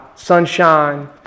sunshine